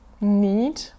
need